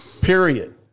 Period